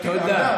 תודה,